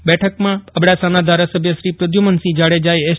આ બેઠકમાં અબડાસાના ધારાસભ્યશ્રી પ્રદ્ધુમનસિંહ જાડેજાએ એસ